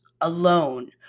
alone